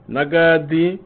Nagadi